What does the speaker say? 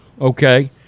okay